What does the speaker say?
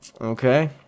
Okay